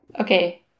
Okay